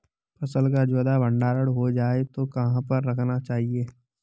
फसल का ज्यादा भंडारण हो जाए तो कहाँ पर रखना चाहिए?